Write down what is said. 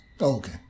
Okay